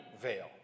veil